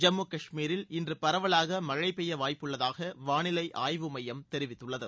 ஜம்மு கஷ்மீரில் இன்று பரவலாக மழை பெய்ய வாய்ப்புள்ளதாக வானிலை ஆய்வு மையம் தெரிவித்துள்ளது